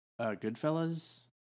Goodfellas